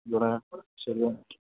ഇയ്യോടാ ശരിയാണ്